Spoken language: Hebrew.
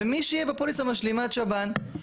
ומי שיהיה בפוליסת משלימת שב"ן,